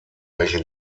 welche